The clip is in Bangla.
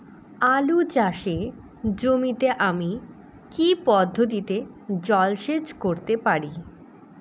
আলু চাষে জমিতে আমি কী পদ্ধতিতে জলসেচ করতে পারি?